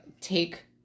take